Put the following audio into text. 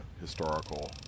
historical